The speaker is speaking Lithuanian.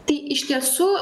tai iš tiesų